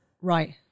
Right